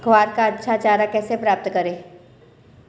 ग्वार का अच्छा चारा कैसे प्राप्त करें?